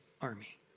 army